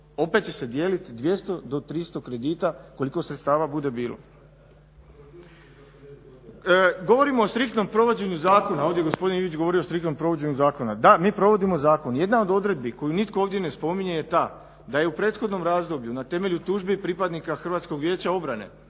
opet će se dijelit 200 do 300 kredita koliko sredstava bude bilo. Govorimo o striktnom provođenju zakona, gospodin Ivić je govorio o striktnom provođenju zakona, da mi provodimo zakon. Jedna od odredbi koju nitko ovdje ne spominje je ta da je u prethodnom razdoblju na temelju tužbi pripadnika Hrvatskog vijeća obrane